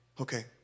okay